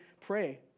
pray